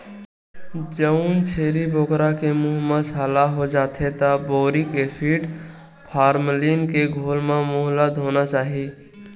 जउन छेरी बोकरा के मूंह म छाला हो जाथे त बोरिक एसिड, फार्मलीन के घोल म मूंह ल धोना चाही